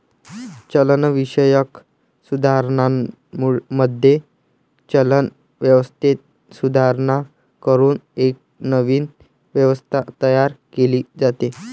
चलनविषयक सुधारणांमध्ये, चलन व्यवस्थेत सुधारणा करून एक नवीन व्यवस्था तयार केली जाते